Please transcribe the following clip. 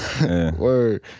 Word